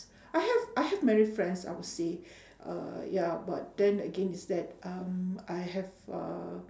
I have I have many friends I would say uh ya but then again it's that um I have uh